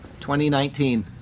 2019